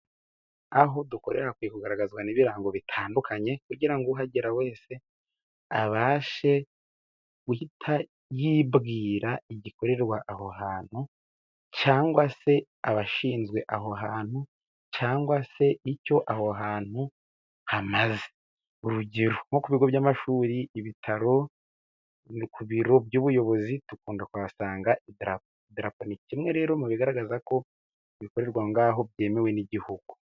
Aho dukorera hakwiye kugaragazwa n'ibirango bitandukanye, kugira ngo uhagera wese abashe guhita yibwira igikorerwa aho hantu, cyangwa se abashinzwe aho hantu, cyangwa se icyo aho hantu hamaze. Urugero nko ku bigo by'amashuri, ibitaro ku biro by'ubuyobozi, dukunda kuhasanga idarapo. Idarapo ni kimwe rero mu bigaragaza ko ibikorerwa aho ngaho byemewe n'Igihugu.